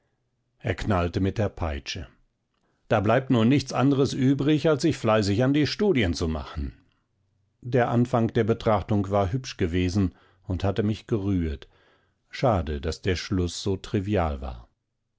er knallte mit der peitsche da bleibt nun nichts anderes übrig als sich fleißig an die studien zu machen der anfang der betrachtung war hübsch gewesen und hatte mich gerührt schade daß der schluß so trivial war